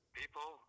people